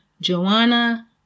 Joanna